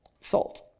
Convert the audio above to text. Salt